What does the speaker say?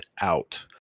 out